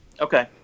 okay